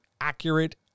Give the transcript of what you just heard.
accurate